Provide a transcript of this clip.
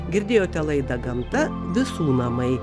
girdėjote laidą gamta visų namai